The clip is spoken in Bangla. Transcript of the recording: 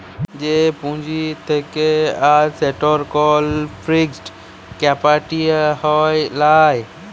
যে পুঁজি থাক্যে আর সেটির কল ফিক্সড ক্যাপিটা হ্যয় লায়